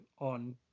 on